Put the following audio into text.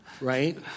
right